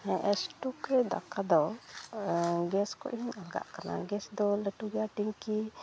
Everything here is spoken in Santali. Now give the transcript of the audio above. ᱦᱮᱸ ᱮᱥᱴᱳᱠᱨᱮ ᱫᱟᱠᱟᱫᱚ ᱜᱮᱥ ᱠᱷᱚᱱᱦᱚᱸ ᱟᱞᱜᱟᱜ ᱠᱟᱱᱟ ᱜᱮᱥᱫᱚ ᱞᱟᱹᱴᱩᱜᱮᱭᱟ ᱴᱮᱝᱠᱤ